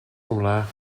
omlaag